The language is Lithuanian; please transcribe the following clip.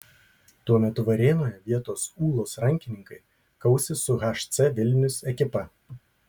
tuo metu varėnoje vietos ūlos rankininkai kausis su hc vilnius ekipa